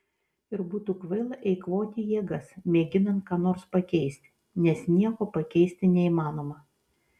ir būtų kvaila eikvoti jėgas mėginant ką nors pakeisti nes nieko pakeisti neįmanoma